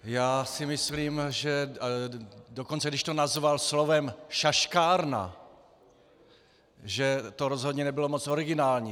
Já si myslím, dokonce když to nazval slovem šaškárna, že to rozhodně nebylo moc originální.